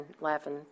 laughing